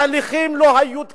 גם ההליכים לא היו תקינים.